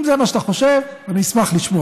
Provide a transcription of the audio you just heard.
אם זה מה שאתה חושב, אני אשמח לשמוע.